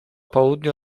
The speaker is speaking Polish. południu